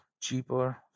cheaper